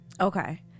Okay